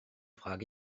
frage